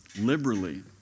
liberally